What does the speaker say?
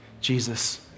Jesus